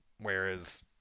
whereas